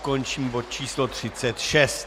Končím bod číslo 36.